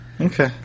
Okay